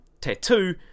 tattoo